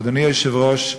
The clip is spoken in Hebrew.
אדוני היושב-ראש,